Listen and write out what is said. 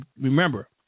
Remember